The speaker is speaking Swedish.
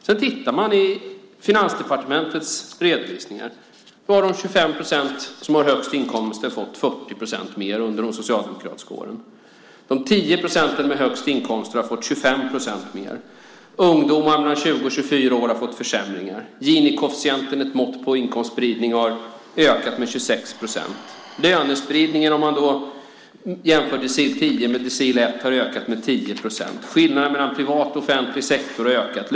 Om man tittar i Finansdepartementets redovisningar ser man att de 25 procent som har högst inkomster har fått 40 procent mer under de socialdemokratiska åren. De 10 procenten med högst inkomster har fått 25 procent mer. Ungdomar mellan 20 och 24 år har fått försämringar. Ginikoefficienten, ett mått på inkomstspridning, har ökat med 26 procent. Om man jämför decil 10 med decil 1 har lönespridningen ökat med 10 procent. Skillnaden mellan privat och offentlig sektor har ökat.